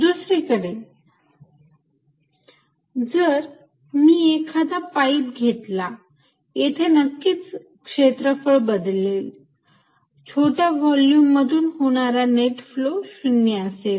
दुसरीकडे जर तुम्ही एखादा पाईप बघितला येथे नक्कीच क्षेत्रफळ बदलेल छोट्या व्हॉल्युम मधून होणारा नेट फ्लो 0 असेल